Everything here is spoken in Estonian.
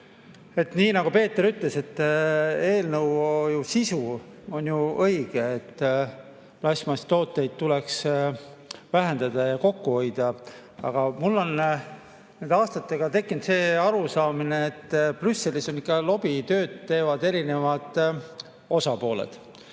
Nii nagu Peeter ütles, eelnõu sisu on ju õige. Plastmasstooteid tuleks vähendada ja kokku hoida. Aga mul on nende aastatega tekkinud arusaamine, et Brüsselis teevad lobitööd ikka erinevad osapooled.